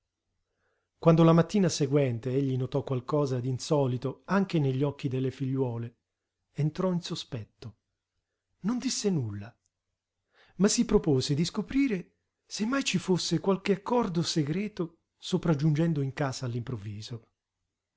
quando la mattina seguente egli notò qualcosa d'insolito anche negli occhi delle figliuole entrò in sospetto non disse nulla ma si propose di scoprire se mai ci fosse qualche accordo segreto sopraggiungendo in casa